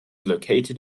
located